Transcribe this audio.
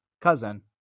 cousin